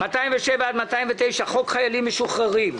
207 209, חוק חיילים משוחררים.